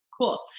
Cool